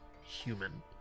human